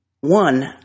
One